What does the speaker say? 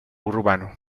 urbano